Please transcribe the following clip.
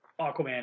Aquaman